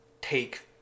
take